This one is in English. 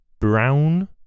brown